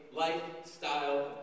lifestyle